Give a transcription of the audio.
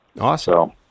Awesome